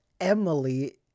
Emily